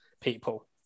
people